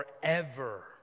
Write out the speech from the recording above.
forever